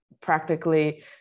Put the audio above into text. practically